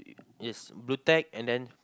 is blue tack and then